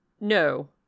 No